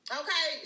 okay